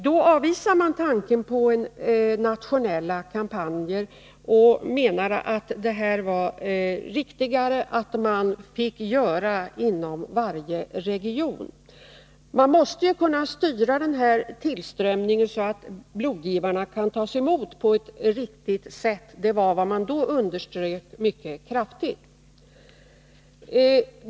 Då avvisade man tanken på nationella kampanjer och menade att det var bäst att varje region fick driva en egen kampanj. Man måste kunna styra tillströmningen så att blodgivarna tas emot på ett riktigt sätt. Detta underströk man mycket kraftigt.